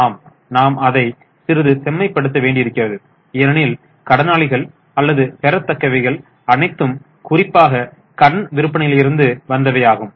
ஆம் நாம் அதை சிறிது செம்மைப்படுத்த வேண்டியிருக்கிறது ஏனெனில் கடனாளிகள் அல்லது பெறத்தக்கவைகள் அனைத்தும் குறிப்பாக கடன் விற்பனையிலிருந்து வந்தவையாகும்